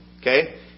Okay